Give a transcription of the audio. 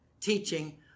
teaching